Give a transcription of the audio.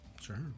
Sure